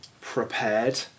prepared